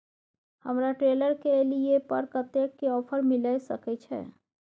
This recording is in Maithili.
हमरा ट्रेलर के लिए पर कतेक के ऑफर मिलय सके छै?